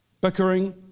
bickering